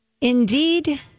indeed